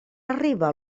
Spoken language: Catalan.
arriba